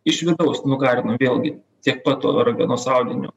iš vidaus nugarinu vėlgi tiek pat to ragenos audinio